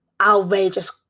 outrageous